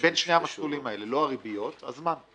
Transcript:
בין שני המסלולים האלה לא הריביות אלא הזמן.